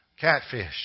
catfish